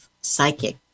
psychic